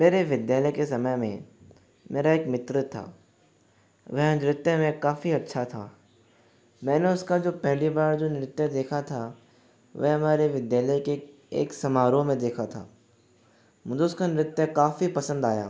मेरे विद्यालय के समय में मेरा एक मित्र था वह नृत्य में काफ़ी अच्छा था मैंने उसका जो पहली बार जो नृत्य देखा था वह हमारे विद्यालय के एक समारोह में देखा था मुझे उसका नृत्य काफ़ी पसंद आया